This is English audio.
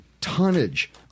tonnage